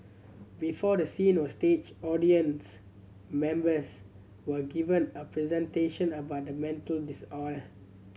before the scene were staged audience members were given a presentation about the mental disorder